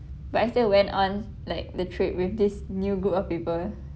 but I still went on like the trip with this new group of people